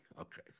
Okay